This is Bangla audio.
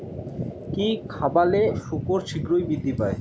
কি খাবালে শুকর শিঘ্রই বৃদ্ধি পায়?